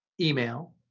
Email